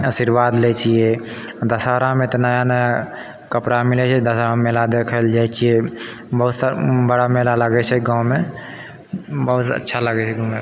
आशीर्वाद लै छियै दशहारामे तऽ नया नया कपड़ा मिलै छै दशहरामे मेला देखै लअ जाइ छियै बहुत बड़ा मेला लागै छै गाँवमे बहुत अच्छा लागै छै गाँवमे